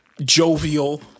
jovial